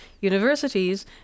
universities